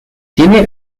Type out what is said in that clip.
tiene